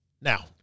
Now